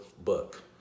book